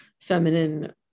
feminine